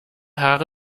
haare